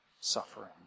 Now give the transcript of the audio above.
suffering